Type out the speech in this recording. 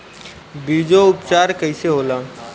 बीजो उपचार कईसे होला?